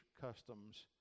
customs